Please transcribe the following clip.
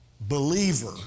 believer